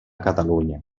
catalunya